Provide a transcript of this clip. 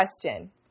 question